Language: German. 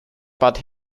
bat